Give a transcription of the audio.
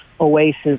oasis